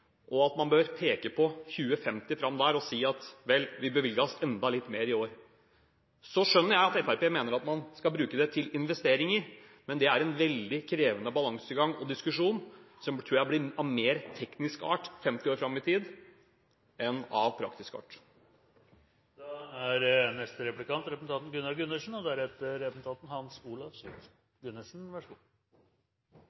mye penger. Man bør peke på 2050 der framme og si at vi bevilget oss enda litt mer i år. Jeg skjønner at Fremskrittspartiet mener at man skal bruke det til investeringer, men det er en veldig krevende balansegang og diskusjon som jeg tror blir av mer teknisk enn praktisk art, når en ser 50 år fram i tid. Utviklingen i produktivitet er over tid helt sentralt for velferdsnivået i samfunnet, står det i regjeringens melding, og det ser ut til at representanten